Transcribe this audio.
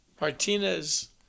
Martinez